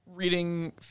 reading